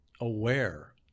aware